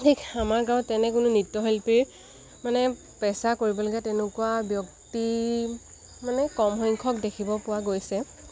ঠিক আমাৰ গাঁৱত তেনে কোনো নৃত্যশিল্পীৰ মানে পেচা কৰিবলে গ'লে তেনেকুৱা ব্যক্তি মানে কম সংখ্যক দেখিব পোৱা গৈছে